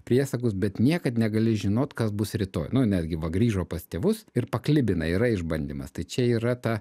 priesakus bet niekad negali žinot kas bus rytoj nu netgi va grįžo pas tėvus ir paklibina yra išbandymas tai čia yra ta